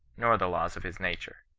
nor the laws of his nature.